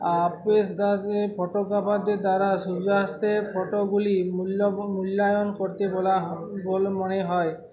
আ পেসাদার ফটোগ্রাফারদের দ্বারা সূর্যাস্তের ফটোগুলি মূল্য মূল্যায়ন করতে বলা বলে মনে হয়